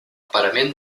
parament